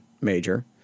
major